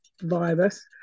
virus